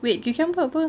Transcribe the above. wait cucumber apa